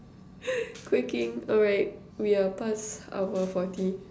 quaking alright we are past our forty